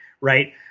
Right